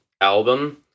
album